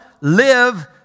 live